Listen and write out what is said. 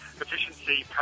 efficiency